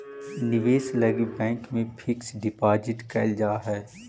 निवेश लगी बैंक में फिक्स डिपाजिट कैल जा हई